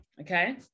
Okay